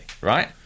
right